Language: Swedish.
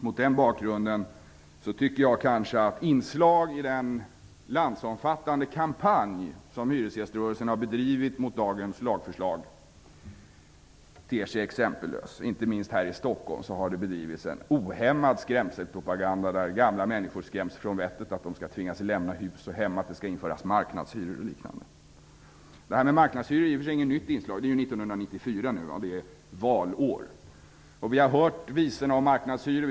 Mot den bakgrunden tycker jag att inslag i den landsomfattande kampanj som hyresgäströrelsen har bedrivit mot det lagförslag som i dag behandlas ter sig exempellös. Inte minst här i Stockholm har det bedrivits ohämmad skrämselpropaganda, där gamla människor skräms från vettet av att de skall tvingas lämna hus och hem, att det skall införas marknadshyror, och liknande. Detta med marknadshyror är i och för sig inte något nytt inslag. Det är nu år 1994, och det är valår. Vi har hört visorna om marknadshyror.